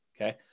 Okay